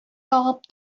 агып